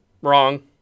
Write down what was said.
wrong